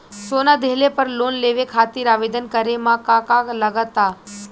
सोना दिहले पर लोन लेवे खातिर आवेदन करे म का का लगा तऽ?